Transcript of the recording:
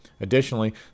Additionally